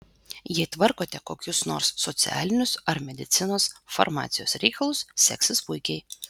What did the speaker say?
jei tvarkote kokius nors socialinius ar medicinos farmacijos reikalus seksis puikiai